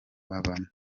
babamo